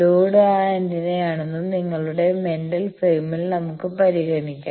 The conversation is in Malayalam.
ലോഡ് ആ ആന്റിനയാണെന്ന് നിങ്ങളുടെ മെന്റൽ ഫ്രെയിമിൽ നമുക്ക് പരിഗണിക്കാം